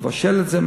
לבשל את זה.